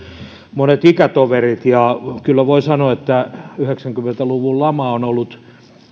monet ikätoverini ja kyllä voin sanoa että yhdeksänkymmentä luvun lama on ollut